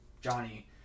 Johnny